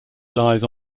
lies